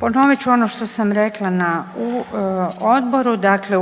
Ponovit ću ono što sam rekla na, u Odboru, dakle